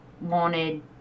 wanted